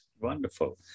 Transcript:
Wonderful